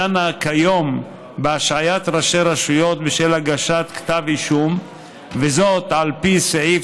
הדנה כיום בהשעיית ראשי רשויות בשל הגשת כתב אישום על פי סעיף